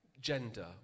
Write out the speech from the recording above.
gender